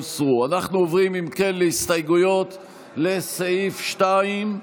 עוברים להסתייגויות לסעיף 2,